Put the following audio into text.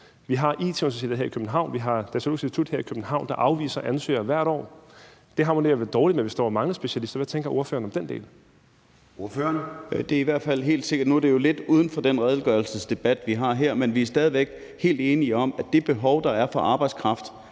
Vi har IT-Universitetet her i København, vi har Datalogisk Institut her i København, der afviser ansøgere hvert år. Det harmonerer vel dårligt med, at vi står og mangler specialister. Hvad tænker ordføreren om den del? Kl. 14:23 Formanden (Søren Gade): Ordføreren. Kl. 14:23 Malte Larsen (S): Det er i hvert fald helt sikkert. Nu er det jo lidt uden for den redegørelsesdebat, vi har her. Men vi er stadig væk helt enige om, at det behov, der er, for arbejdskraft